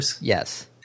Yes